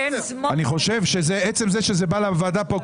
אני חושב שעצם זה שזה בא לוועדה פה,